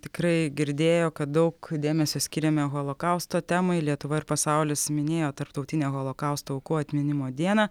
tikrai girdėjo kad daug dėmesio skiriame holokausto temai lietuva ir pasaulis minėjo tarptautinę holokausto aukų atminimo dieną